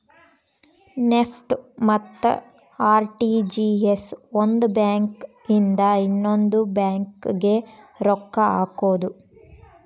NEFT ಮತ್ತ RTGS ಒಂದ್ bank ಇಂದ ಇನ್ನೊಂದು ಬ್ಯಾಂಕ್ ಗೆ ರೊಕ್ಕ ಹಕೋದು